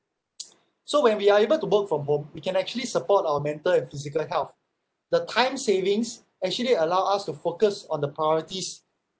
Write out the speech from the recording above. so when we are able to work from home we can actually support our mental and physical health the time savings actually allow us to focus on the priorities